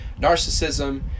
narcissism